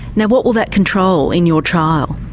now what will that control in your trial?